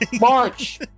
March